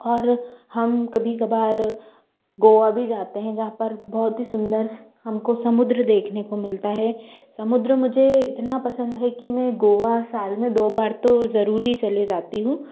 और हम कभी कभार गोआ भी जाते हैं जहाँ पर बहुत ही सुंदर हम को समुद्र देखने को मिलता है समुद्र मुझे इतना पसंद है कि मैं गोआ साल में दो बार तो ज़रूरी चली जाती हूँ